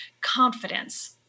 confidence